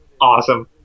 Awesome